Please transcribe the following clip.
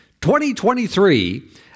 2023